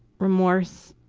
remorse,